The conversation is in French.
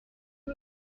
tout